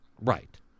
Right